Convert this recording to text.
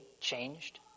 changed